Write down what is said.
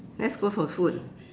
let's go for food